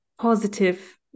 positive